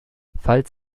falls